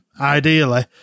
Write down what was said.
ideally